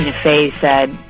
fey said,